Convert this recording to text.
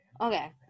Okay